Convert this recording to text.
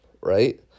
right